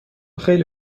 خیلی